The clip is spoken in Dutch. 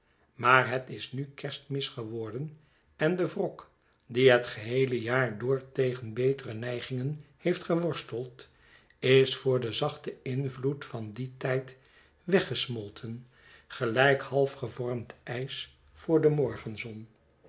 maar het is nu kerstmis geworden en de wrok die het geheele jaar door tegen betere neigingen heeft geworsteld is voor den zachten invloed van dien tijd weggesmolten gelijk half gevormd ijs voor de morgenzon